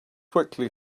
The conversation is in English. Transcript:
quickly